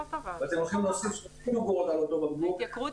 ואתם הולכים לשים 30 אגורות על אותו בקבוק,